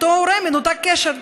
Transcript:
אותו הורה הוא מנותק קשר,